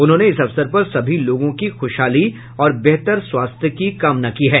उन्होंने इस अवसर पर सभी लोगों की खुशहाली और बेहतर स्वास्थ्य की कामना की है